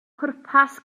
pwrpas